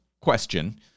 question